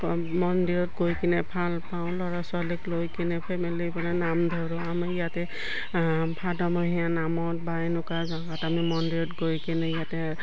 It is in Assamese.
মন্দিৰত গৈ কিনে ভাল পাওঁ ল'ৰা ছোৱালীক লৈ কিনে ফেমিলিৰ প নাম ধৰোঁ আমি ইয়াতে ভাদামহীয়া নামত বা এনেকুৱা জগাত আমি মন্দিৰত গৈ কিনে ইয়াতে